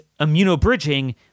immunobridging